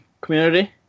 community